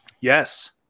Yes